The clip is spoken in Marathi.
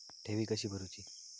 ठेवी कशी भरूची?